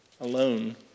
alone